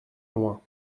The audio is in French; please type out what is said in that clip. loin